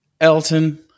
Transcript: Elton